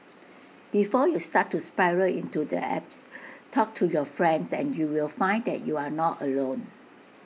before you start to spiral into the abyss talk to your friends and you'll find that you are not alone